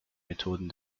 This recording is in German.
methoden